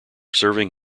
serving